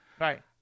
Right